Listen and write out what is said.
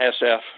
SF